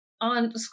On